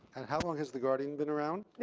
and how long has the guardian been around?